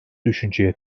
düşünceye